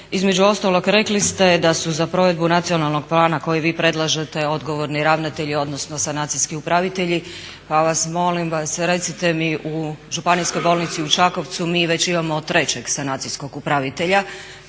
između ostalog rekli ste da su za provedbu Nacionalnog plana koji vi predlažete odgovorni ravnatelji, odnosno sanacijski upravitelji pa vas, molim vas recite mi u županijskoj bolnici u Čakovcu mi već imamo trećeg sanacijskog upravitelja,